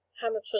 Hamilton